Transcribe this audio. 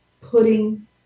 putting